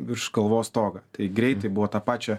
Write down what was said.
virš galvos stogą tai greitai buvo tą pačią